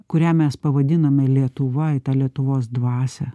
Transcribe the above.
kurią mes pavadinome lietuva į tą lietuvos dvasią